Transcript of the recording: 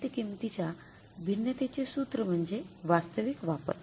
साहित्य किंमतींच्या भिन्नतेचे सूत्र म्हणजे वास्तविक वापर